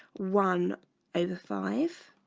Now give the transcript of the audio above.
one over five